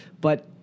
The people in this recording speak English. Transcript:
But-